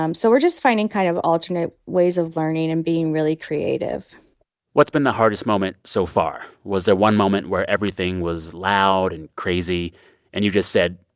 um so we're just finding kind of alternate ways of learning and being really creative what's been the hardest moment so far? was there one moment where everything was loud and crazy and you just said,